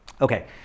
Okay